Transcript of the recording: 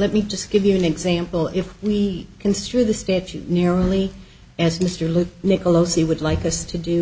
let me just give you an example if we construe the statute nearly as mr loop nicolosi would like us to do